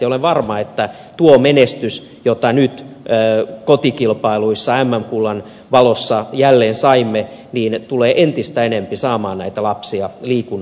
olen varma että tuo menestys jota nyt kotikilpailuissa mm kullan valossa jälleen saimme tulee entistä enempi saamaan näitä lapsia liikunnan pariin